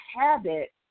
habit